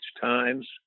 times